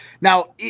Now